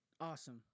Awesome